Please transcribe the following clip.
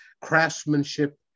craftsmanship